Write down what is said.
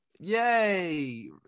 Yay